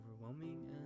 overwhelming